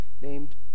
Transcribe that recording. named